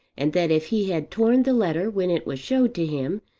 and that if he had torn the letter when it was showed to him,